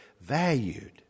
valued